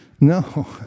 No